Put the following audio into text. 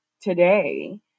today